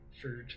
food